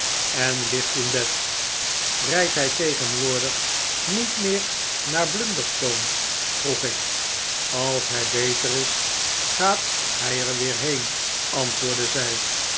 en ligt in bed rijdt hij tegenwoordig niet meer naar blunderstone vroeg ik als hij beter is gaat hij er weer heen antwoordde zij